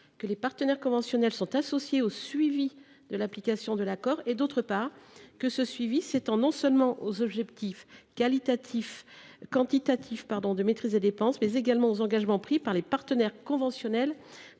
que les partenaires conventionnels sont associés au suivi de l’application de l’accord et, de l’autre, que ce suivi s’étend non seulement aux objectifs quantitatifs de maîtrise des dépenses, mais aussi aux engagements pris par les partenaires conventionnels